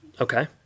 Okay